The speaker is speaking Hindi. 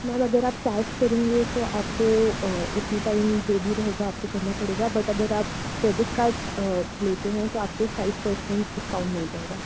मैम अगर आप कैश करेंगे तो आपको उसी टाइम जो भी रहेगा आपको करना पड़ेगा बट अगर आप क्रेडिट कार्ड लेते हैं तो आपको फ़ाइव परसेंट डिस्काउंट मिल जाएगा